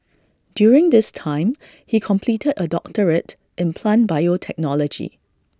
during this time he completed A doctorate in plant biotechnology